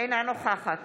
אינה נוכחת